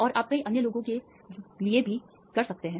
और आप कई अन्य लोगों के लिए कर सकते हैं